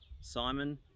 Simon